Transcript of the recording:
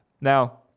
Now